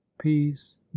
peace